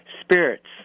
Spirits